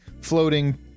floating